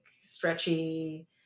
stretchy